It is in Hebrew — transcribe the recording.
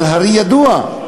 אבל הרי ידוע,